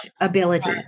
ability